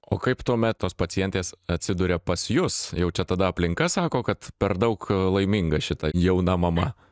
o kaip tuomet tos pacientės atsiduria pas jus jau čia tada aplinka sako kad per daug laiminga šita jauna mama